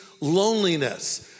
loneliness